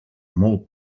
molt